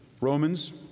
Romans